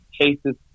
Cases